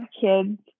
kids